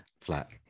flat